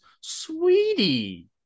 sweetie